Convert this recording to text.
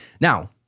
Now